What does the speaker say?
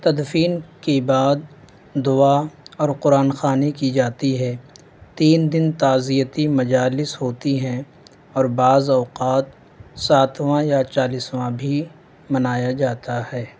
تدفین کی بعد دعا اور قرآن خوانی کی جاتی ہے تین دن تعزیتی مجالس ہوتی ہیں اور بعض اوقات ساتواں یا چالیسواں بھی منایا جاتا ہے